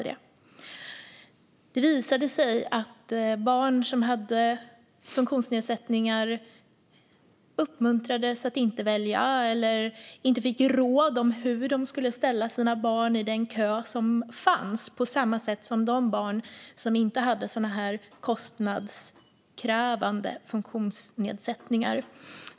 Det visade sig att familjer med barn med funktionsnedsättning inte uppmuntrades att välja vissa skolor eller inte fick råd om hur de skulle ställa sina barn i skolans kö, så som de familjerna med barn utan kostnadskrävande funktionsnedsättningar fick.